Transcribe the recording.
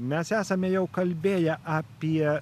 mes esame jau kalbėję apie